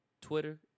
Twitter